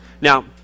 Now